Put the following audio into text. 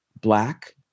Black